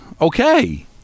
okay